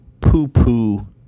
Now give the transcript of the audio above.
poo-poo